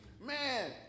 Man